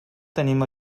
tenim